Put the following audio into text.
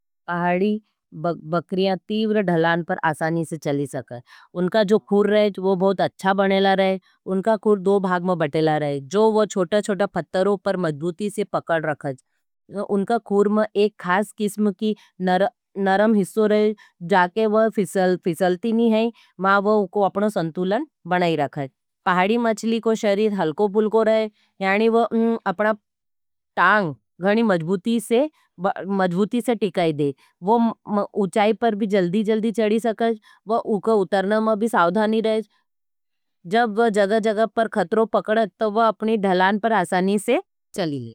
पहाडी बक्रियां तीवर धलान पर आसानी से चली सकते हैं। उनका खूर बहुत अच्छा बनेला रहे हैं। उनका खूर दो भाग में बटेला रहे हैं। जो वो छोटा-छोटा फत्तरों पर मजबूती से पकड रखे हैं। उनका खूर में एक खास किसम की नरम हिस्सो रहे हैं। जाके वो फिसलती नहीं हैं। मां वो उको अपनो संतूलन बने रखे हैं। पहाडी मचली को शरीर हलको-पूलको रहे हैं। यानि वो अपना तांग घणी मजबूती से टिकाई दें। वो उचाई पर भी जल्दी-जल्दी चड़ी सकाई। वो उको उतरना में भी साउधानी रहे हैं। जब वो जगा-जगा पर खत्रों पकड़ें, तो वो अपनी धलान पर आसानी से।